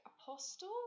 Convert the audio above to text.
Apostle